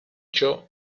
ciò